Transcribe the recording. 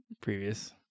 Previous